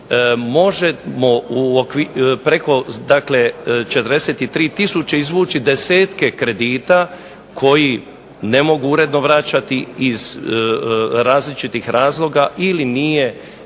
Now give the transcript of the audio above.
možemo iz ove 43 tisuće izvući 10 kredita koji ne mogu uredno vraćati iz različitih razloga ili nije